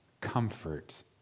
comfort